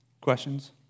questions